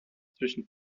zwischen